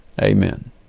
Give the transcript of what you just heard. Amen